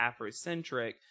Afrocentric